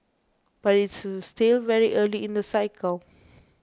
but it's still very early in the cycle